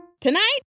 Tonight